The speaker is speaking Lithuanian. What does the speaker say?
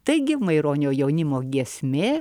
taigi maironio jaunimo giesmė